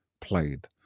played